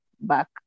back